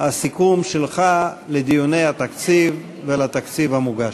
הסיכום שלך לדיוני התקציב ולתקציב המוגש.